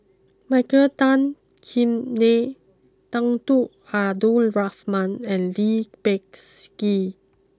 Michael Tan Kim Nei Tunku Abdul Rahman and Lee Peh Gee